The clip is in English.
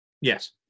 Yes